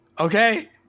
Okay